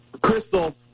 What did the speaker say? Crystal